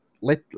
let